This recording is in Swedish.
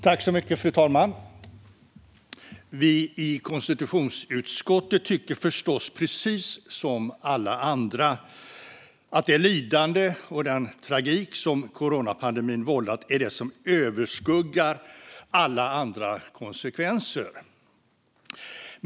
Fru talman! Vi i konstitutionsutskottet tycker förstås precis som alla andra att det lidande och den tragik som coronapandemin vållat är det som överskuggar alla andra konsekvenser.